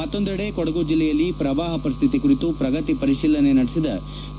ಮತ್ತೊಂದೆಡೆ ಕೊಡಗು ಜಿಲ್ಲೆಯಲ್ಲಿ ಪ್ರವಾಹ ಪರಿಸ್ಥಿತಿ ಕುರಿತು ಪ್ರಗತಿ ಪರಿಶೀಲನೆ ನಡೆಸಿದ ಕೆ